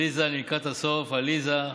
עליזה, אני לקראת הסוף, עליזה,